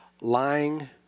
lying